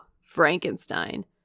Frankenstein